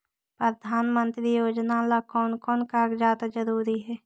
प्रधानमंत्री योजना ला कोन कोन कागजात जरूरी है?